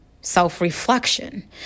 Self-reflection